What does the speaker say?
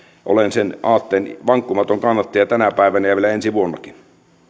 olen sen aatteen vankkumaton kannattaja tänä päivänä ja vielä ensi vuonnakin